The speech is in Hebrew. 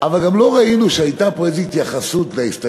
אבל גם לא ראינו שהייתה פה איזה התייחסות להסתייגויות,